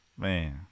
man